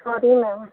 sorry ma'am